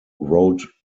wrote